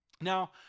Now